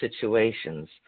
situations